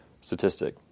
statistic